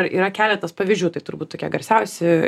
ir yra keletas pavyzdžių tai turbūt tokie garsiausi